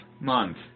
Month